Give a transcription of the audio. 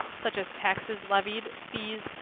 such as taxes levied, fees,